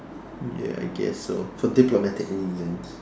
ya I guess so for diplomatic reasons